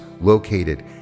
located